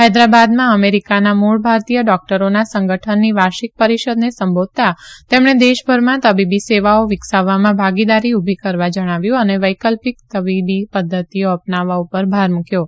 હૈદરાબાદમાં અમેરીકાના મુળ ભારતીય ડોકટરોના સંગઠનની વાર્ષિક પરિષદને સંબોધતા તેમણે દેશભરમાં તબીબી સેવાઓ વિકસાવવામાં ભાગીદારી ઉભી કરવા જણાવ્યું અને વૈકલ્પક તબીબી પધ્ધતિઓ અપનાવવા પર ભાર મુકચો